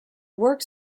work